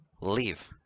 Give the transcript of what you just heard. Leave